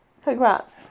Congrats